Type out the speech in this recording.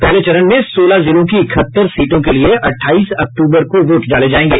पहले चरण में सोलह जिलों की इकहत्तर सीटों के लिए अट्ठाईस अक्तूबर को वोट डाले जाएंगे